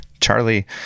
charlie